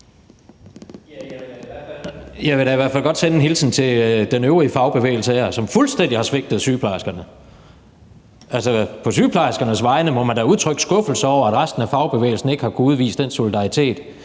Jeg vil da i hvert fald godt sende en hilsen til den øvrige fagbevægelse her, som fuldstændig har svigtet sygeplejerskerne. Altså, på sygeplejerskernes vegne må man da udtrykke skuffelse over, at resten af fagbevægelsen ikke har kunnet udvise den solidaritet,